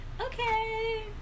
Okay